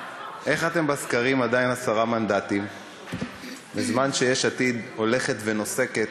איך אתם בסקרים עדיין עשרה מנדטים בזמן שיש עתיד הולכת ונוסקת